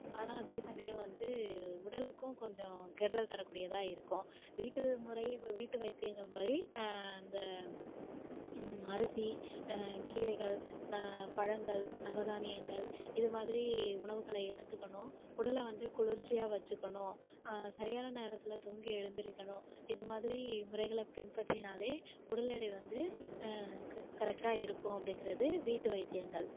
ஆனால் அதே சமயம் வந்து உடலுக்கும் கொஞ்சம் கெடுதல் தரக்கூடியதாக இருக்கும் வீட்டு முறை வ வீட்டு வைத்தியங்கள் மாரி அந்த அரிசி கீரைகள் ந பழங்கள் நவதானியங்கள் இது மாதிரி உணவுகள எடுத்துக்கணும் உடல வந்து குளிர்ச்சியாக வச்சிக்கணும் சரியான நேரத்தில் தூங்கி எழுந்திரிக்கணும் இது மாதிரி முறைகளை பின்பற்றினாலே உடல் எடை வந்து க கரெக்டா இருக்கும் அப்படிங்கிறது வீட்டு வைத்தியங்கள்